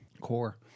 core